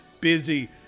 busy